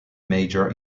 major